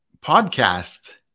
podcast